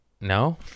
No